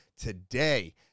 today